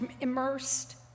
immersed